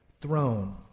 throne